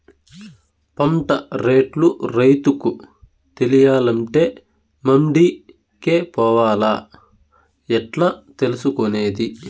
పంట రేట్లు రైతుకు తెలియాలంటే మండి కే పోవాలా? ఎట్లా తెలుసుకొనేది?